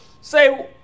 say